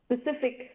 specific